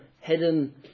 hidden